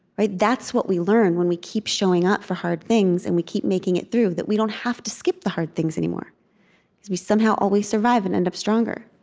but that's what we learn when we keep showing up for hard things, and we keep making it through that we don't have to skip the hard things anymore because we somehow always survive and end up stronger